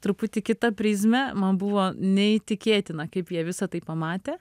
truputį kita prizme man buvo neįtikėtina kaip jie visa tai pamatė